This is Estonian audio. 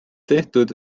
tehtud